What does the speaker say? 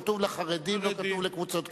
כתוב "לחרדים", לא כתוב "לקבוצות קיצוניות".